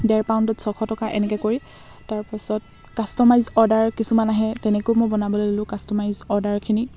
ডেৰ পাউণ্ডত ছয়শ টকা এনেকৈ কৰি তাৰপাছত কাষ্ট'মাইজ অৰ্ডাৰ কিছুমান আহে তেনেকৈও মই বনাবলৈ ল'লো কাষ্টমাইজ অৰ্ডাৰখিনি